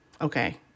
okay